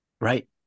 Right